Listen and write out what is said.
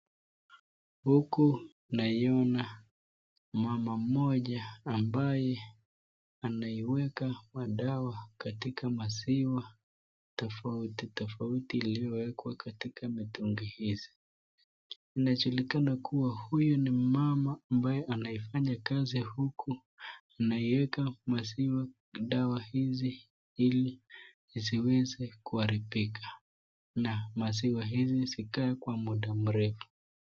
Huku naiona mama mmoja ambaye anaiweka madawa katika maziwa tofauti tofauti iliyowekwa katika mitungi hizi. Inajulikana kuwa huyu ni mama anayeifanya kazi huku na anaiweka maziwa dawa hizi ili isiweze kuharibika na maziwa hizi zikae kwa muda mrefu.